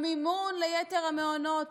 המימון ליתר המעונות,